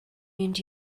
mynd